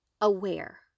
aware